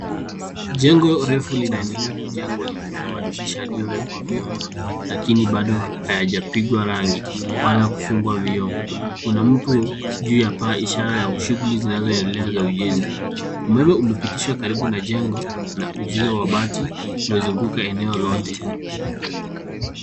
Jengo refu linaendelea kujengwa likiwa na madirisha yaliyowekwa vyuma lakini baado hayajapigwa rangi wala kufungwa vioo. Kuna mtu juu ya paa ishara ya shughuli zinazoendelea za ujenzi. Umeme umepitishwa karibu na jengo na uzio wa bati umezunguka eneo lote.